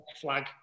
flag